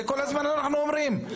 כל הזמן אנחנו אומרים את זה.